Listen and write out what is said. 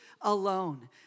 alone